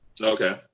okay